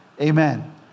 amen